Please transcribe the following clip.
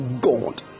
God